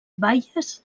baies